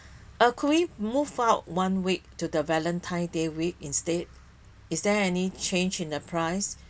ah could we move out one week to the valentine day week instead is there any change in the price